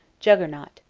juggernaut